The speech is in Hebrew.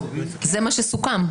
זה מה שסוכם.